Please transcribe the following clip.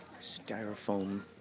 styrofoam